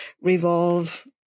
revolve